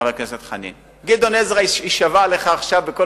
חבר הכנסת חנין: גדעון עזרא יישבע לך עכשיו בכל